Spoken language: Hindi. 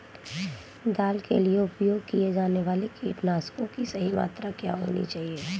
दाल के लिए उपयोग किए जाने वाले कीटनाशकों की सही मात्रा क्या होनी चाहिए?